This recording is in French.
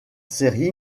série